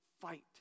fight